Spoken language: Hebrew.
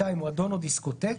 מועדון או דיסקוטק,